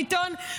ביטון,